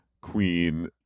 queen